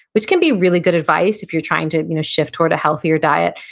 which can be really good advice if you're trying to you know shift toward a healthier diet,